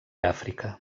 àfrica